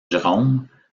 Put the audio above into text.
jérôme